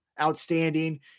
outstanding